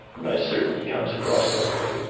most certainly comes across that way,